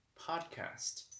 podcast